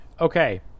Okay